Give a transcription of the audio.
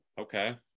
Okay